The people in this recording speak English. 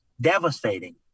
devastating